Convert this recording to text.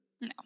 No